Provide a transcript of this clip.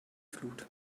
flut